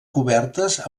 cobertes